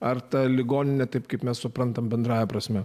ar tą ligoninę taip kaip mes suprantame bendrąja prasme